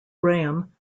graham